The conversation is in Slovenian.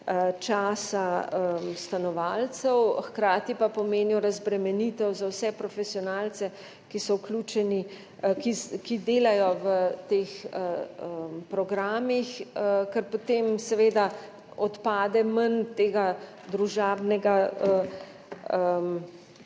časa stanovalcev, hkrati pa pomenijo razbremenitev za vse profesionalce, ki delajo v teh programih, ker potem seveda odpade manj tega družabnega